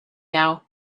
now